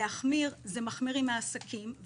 להחמיר זה מחמיר עם העסקים.